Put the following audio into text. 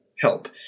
help